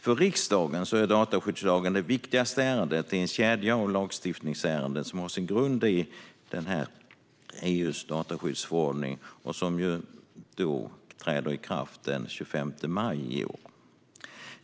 För riksdagen är dataskyddslagen det viktigaste ärendet i den kedja av lagstiftningsärenden som har sin grund i EU:s dataskyddsförordning och som träder i kraft den 25 maj i år.